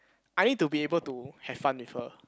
I need to be able to have fun with her